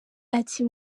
ati